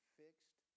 fixed